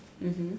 mmhmm